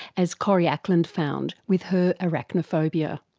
as corrie ackland found with her arachnophobia.